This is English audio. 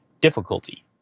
difficulty